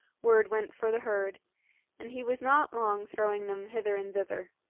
word went for the herd and he was not long throwing them hither and thither.